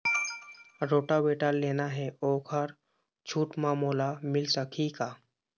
Rotavator लेना हे ओहर छूट म मोला मिल सकही का?